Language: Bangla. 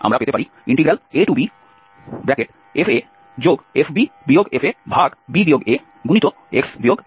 সুতরাং এই সরলরেখাটি এই দুটি বিন্দু অতিক্রম করে